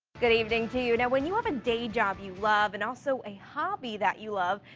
good evening to you. now when you have a day job you love, and also a hobby that you love,